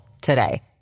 today